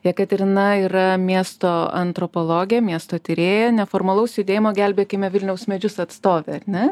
jekaterina yra miesto antropologė miesto tyrėja neformalaus judėjimo gelbėkime vilniaus medžius atstovė ar ne